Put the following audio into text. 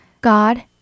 God